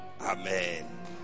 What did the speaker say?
amen